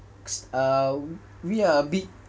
uh we are a big